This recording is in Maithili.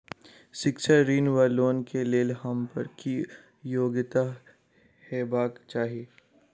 शिक्षा ऋण वा लोन केँ लेल हम्मर की योग्यता हेबाक चाहि?